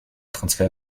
transfer